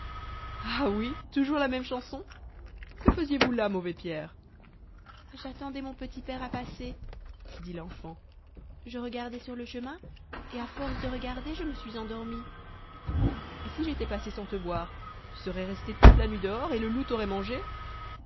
ah oui toujours la même chanson que faisiez-vous là mauvais pierre j'attendais mon petit père à passer dit l'enfant je regardais sur le chemin et à force de regarder je me suis endormi et si j'étais passé sans te voir tu serais resté toute la nuit dehors et le loup t'aurait mangé